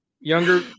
younger